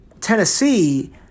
Tennessee